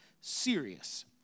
serious